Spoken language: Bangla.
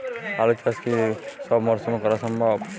আলু চাষ কি সব মরশুমে করা সম্ভব?